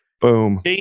Boom